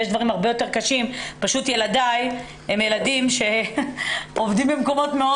יש דברים הרבה יותר קשים אבל ילדיי עובדים במקומות מאוד